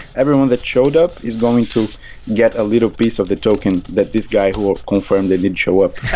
everyone that showed up is going to get a little piece of the token that this guy who confirmed they did show up,